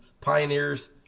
pioneers